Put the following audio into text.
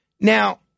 Now